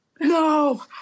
No